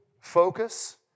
focus